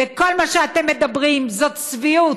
וכל מה שאתם מדברים זאת צביעות.